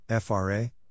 FRA